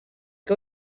que